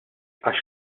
għax